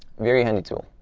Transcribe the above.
very handy tool.